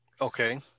Okay